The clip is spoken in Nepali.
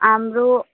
हाम्रो